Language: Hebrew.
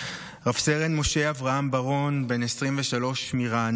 רב-סרן משה אברהם בר-און, בן 23 מרעננה,